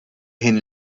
ħin